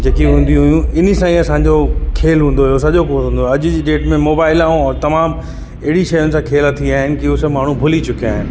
जेकी हूंदी हुयूं इन्हीअ सां ई असांजो खेलु हूंदो हुओ सॼो पूरो हूंदो हुओ अॼु जी डेट में मोबाइल ऐं तमामु अहिड़ी शयुनि सां खेल थी विया आहिनि कि उहो सभु माण्हू भूली चुकिया आहिनि